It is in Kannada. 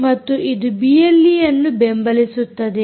ಮತ್ತು ಇದು ಬಿಎಲ್ಈಯನ್ನು ಬೆಂಬಲಿಸುತ್ತದೆ